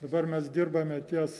dabar mes dirbame ties